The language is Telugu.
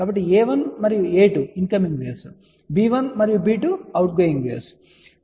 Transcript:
కాబట్టి a1 మరియు a2 incoming waves b1 మరియు b2 అవుట్ గోయింగ్ వేవ్స్ అని మనము చూశాము